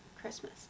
Christmas